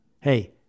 Hey